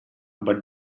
but